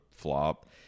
flop